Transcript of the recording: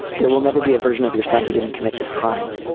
there will never be a version of your son who didn't commit this crime.